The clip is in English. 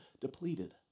depleted